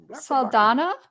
Saldana